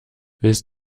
willst